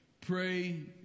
Pray